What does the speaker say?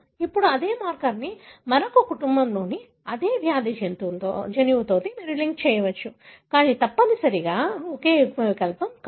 ఇప్పుడు అదే మార్కర్ను మరొక కుటుంబంలోని అదే వ్యాధి జన్యువుతో మళ్లీ లింక్ చేయవచ్చు కానీ తప్పనిసరిగా ఒకే యుగ్మ వికల్పం కాదు